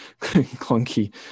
clunky